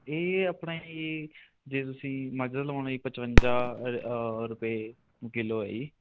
ਇਹ ਆਪਣੇ ਜੀ ਜੇ ਤੁਸੀਂ ਮੱਝ ਦਾ ਲਗਵਾਉਂਦੇ ਹੋ ਪਚਵੰਜਾ ਰੁਪਏ ਕਿਲੋ ਆ ਜੀ